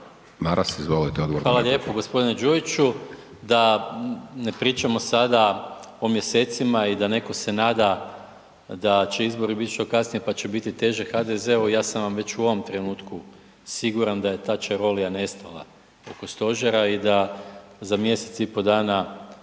Hvala lijepo g. Đujiću. Da ne pričamo sada o mjesecima i da netko se nada da će izbori biti što kasnije pa će biti teže HDZ-u, ja sam već u ovom trenutku siguran da je ta čarolija nestala oko Stožera i da za mjesec i pol sada